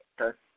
okay